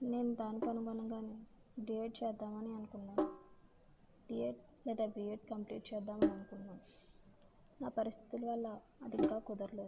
నేను దానికి అనుగుణంగానే డిఎడ్ చేద్దామని అనుకున్నాను డిఎడ్ లేదా బీఎడ్ కంప్లీట్ చేద్దామని అనుకున్నాను నా పరిస్థితుల వల్ల అది ఇంకా కుదరలేదు